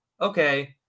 okay